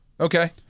Okay